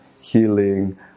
healing